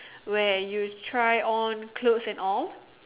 where you try on clothes and all